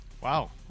Wow